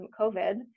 COVID